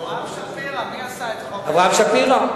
אברהם שפירא, מי עשה את חוק, אברהם שפירא.